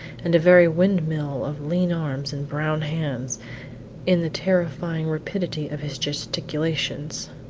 and a very windmill of lean arms and brown hands in the terrifying rapidity of his gesticulations.